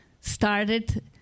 started